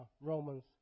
Romans